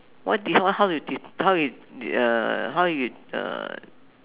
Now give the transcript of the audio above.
what this one how you do how you uh how you uh